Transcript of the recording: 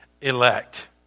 elect